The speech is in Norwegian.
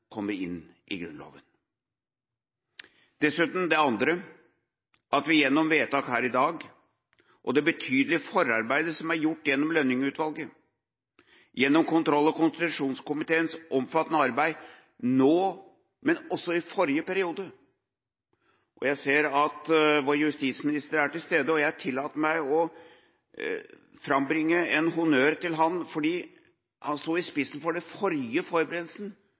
kommer inn i Grunnloven. Det andre er det betydelige forarbeidet som er gjort av Lønning-utvalget, og kontroll- og konstitusjonskomiteens omfattende arbeid nå, men også i forrige periode. Jeg ser at vår justisminister er til stede, og jeg tillater meg å frambringe en honnør til ham fordi han sto i spissen for den forrige forberedelsen,